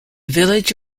village